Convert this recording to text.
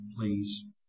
please